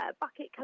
bucket